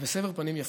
ובסבר פנים יפות.